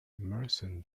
emerson